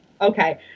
Okay